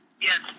Yes